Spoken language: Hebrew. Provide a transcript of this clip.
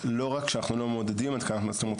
לא רק שאנחנו לא מעודדים התקנת מצלמות,